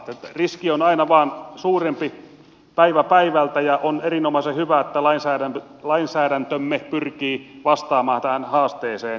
riski on aina vain suurempi päivä päivältä ja on erinomaisen hyvä että lainsäädäntömme pyrkii vastaamaan tähän haasteeseen